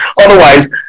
Otherwise